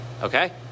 okay